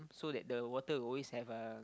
so that the water will always have uh